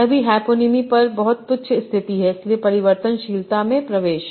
यह भी हैपोनीमी पर बहुत तुच्छ स्थिति है इसलिए परिवर्तनशीलता में प्रवेश